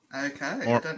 Okay